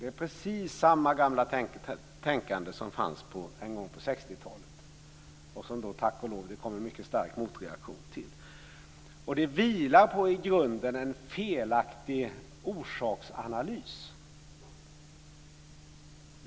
Det är precis samma gamla tänkande som fanns en gång på 60-talet, och som det tack och lov då kom en mycket stark motreaktion till. Detta vilar på en i grunden felaktig orsaksanalys.